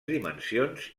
dimensions